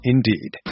Indeed